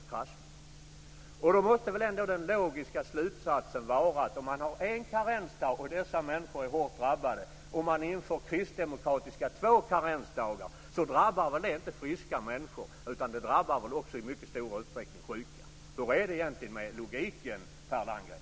Om dessa människor är hårt drabbade av en karensdag måste den logiska slutsatsen ändå vara att det inte är friska människor som drabbas om man inför det kristdemokratiska förslaget om två karensdagar. Det drabbar i mycket stor utsträckning sjuka. Hur är det egentligen med logiken, Per Landgren?